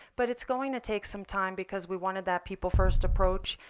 but it's going to take some time because we wanted that people first approach.